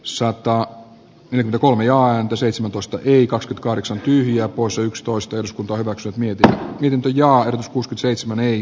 saattaa myydä kolmioantoseitsemäntoista viikosta kahdeksan tyhjää poissa yksitoista jos kunta hyväksy niitä lintuja usa seitsemän ei